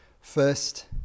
first